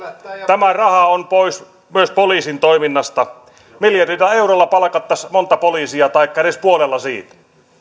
tämä raha on pois myös poliisin toiminnasta miljardilla eurolla palkattaisiin monta poliisia taikka edes puolella siitä